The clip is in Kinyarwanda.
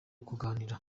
kuganira